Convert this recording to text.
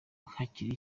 hakiri